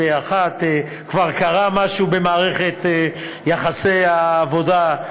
וכבר קרה משהו במערכת יחסי העבודה,